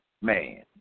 man